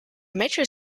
metro